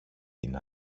την